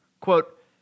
Quote